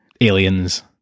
Aliens